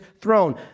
throne